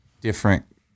different